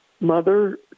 mother